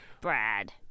Brad